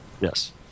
Yes